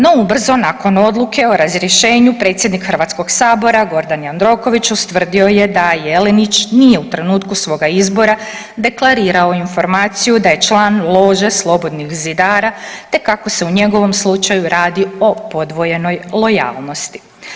No, ubrzo nakon odluke o razrješenju, predsjednik HS-a Gordan Jandroković ustvrdio je da Jelinić nije u trenutku svoga izbora deklarirao informaciju da je član lože slobodnih zidara te kako se u njegovom slučaju radi o podvojenoj lojalnosti.